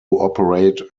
operate